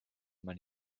man